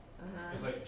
(uh huh)